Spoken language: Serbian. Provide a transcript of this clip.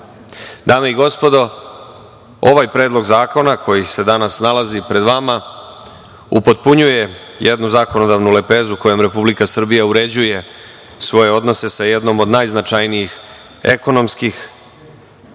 i gospodo, ovaj Predlog zakona koji se danas nalazi pred vama upotpunjuje jednu zakonodavnu lepezu kojom Republika Srbija uređuje svoje odnose sa jednom od najznačajnijih ekonomskih,